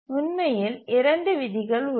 உண்மையில் இரண்டு விதிகள் உள்ளன